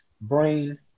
brain